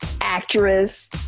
actress